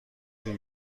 طول